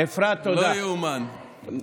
לא יאומן.